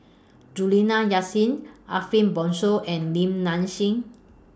Juliana Yasin Ariff Bongso and Lim Nang Seng